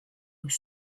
aux